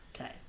Okay